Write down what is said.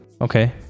Okay